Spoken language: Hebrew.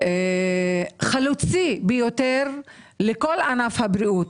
חלוצי לכל ענף הבריאות.